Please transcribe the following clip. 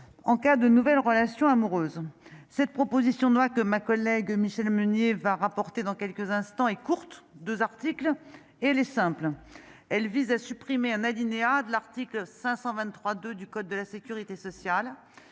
en cas de nouvelles relations amoureuses, cette proposition de loi que ma collègue Michèle Meunier va rapporter dans quelques instants et courte 2 articles et les simples, elle vise à supprimer un alinéa de l'article 523 2 du code de la Sécurité sociale,